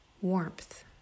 Warmth